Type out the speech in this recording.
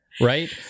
right